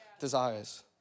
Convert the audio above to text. desires